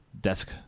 desk